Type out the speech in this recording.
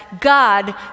God